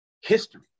history